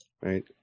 right